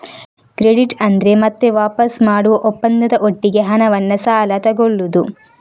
credit ಅಂದ್ರೆ ಮತ್ತೆ ವಾಪಸು ಮಾಡುವ ಒಪ್ಪಂದದ ಒಟ್ಟಿಗೆ ಹಣವನ್ನ ಸಾಲ ತಗೊಳ್ಳುದು